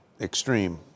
extreme